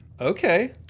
Okay